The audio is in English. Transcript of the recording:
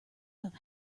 have